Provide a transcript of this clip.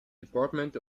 department